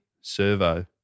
servo